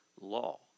law